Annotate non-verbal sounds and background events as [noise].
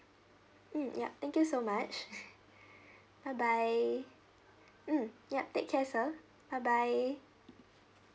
mm ya thank you so much [laughs] [breath] bye bye mm ya take care sir bye bye